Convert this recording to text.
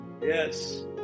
yes